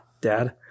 dad